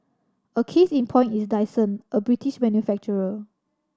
a case in point is Dyson a British manufacturer